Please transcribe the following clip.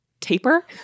taper